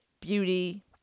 beauty